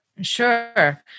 Sure